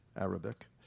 Arabic